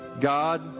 God